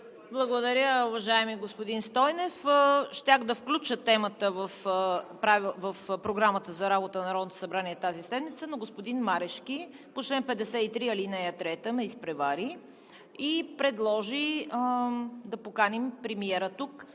Благодаря, уважаеми господин Стойнев. Щях да включа темата в Програмата за работа на Народното събрание тази седмица, но господин Марешки по чл. 53, ал. 3 ме изпревари и предложи да поканим премиера тук.